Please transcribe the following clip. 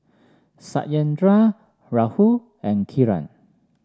Satyendra Rahul and Kiran